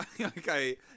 Okay